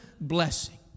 blessing